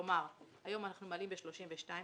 כלומר, היום אנחנו מעלים ב-32 שקלים,